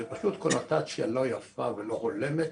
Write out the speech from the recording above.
זו פשוט קונוטציה לא יפה ולא הולמת.